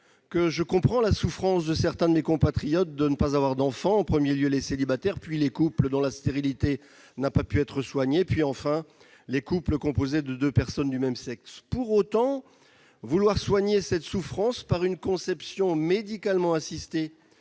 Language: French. que je comprends la souffrance de certains de mes compatriotes de ne pas avoir d'enfant : en premier lieu les célibataires, puis les couples dont la stérilité n'a pu être soignée, enfin les couples composés de deux personnes du même sexe. Pour autant, vouloir soigner cette souffrance par une conception médicalement assistée